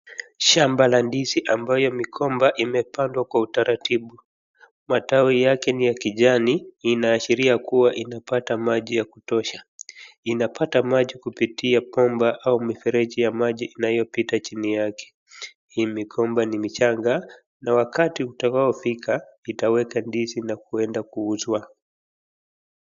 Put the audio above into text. Shamba la ndizi ambayo migomba imepandwa kwa utaratibu. Matawi yake ni ya kijani inaashiria kuwa inapata maji ya kutosha. Inapata maji kupitia kwamba au mifereji ya maji inayopita chini yake. Hii migomba ni michanga, na wakati utakaofika itaweka ndizi na kuenda kuuzwa.